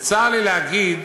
וצר לי להגיד,